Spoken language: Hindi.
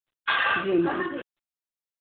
जी मैम